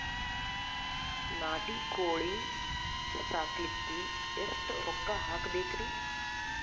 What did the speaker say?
ನಾಟಿ ಕೋಳೀ ಸಾಕಲಿಕ್ಕಿ ಎಷ್ಟ ರೊಕ್ಕ ಹಾಕಬೇಕ್ರಿ?